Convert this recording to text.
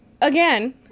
again